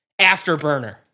Afterburner